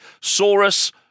Saurus